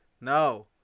No